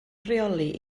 rheoli